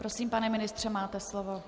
Prosím, pane ministře, máte slovo.